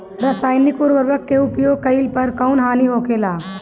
रसायनिक उर्वरक के उपयोग कइला पर कउन हानि होखेला?